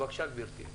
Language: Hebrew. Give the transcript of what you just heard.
בבקשה, גברתי.